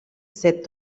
said